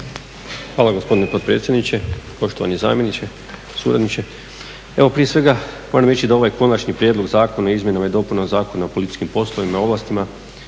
Hvala gospodine potpredsjedniče. Poštovani zamjeniče, suradniče. Evo prije svega moram reći da ovaj Konačni prijedlog Zakona o izmjenama i dopunama Zakona o policijskim poslovima i ovlastima